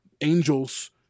angels